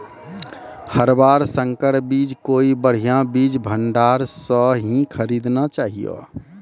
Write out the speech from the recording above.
हर बार संकर बीज कोई बढ़िया बीज भंडार स हीं खरीदना चाहियो